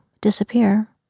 disappear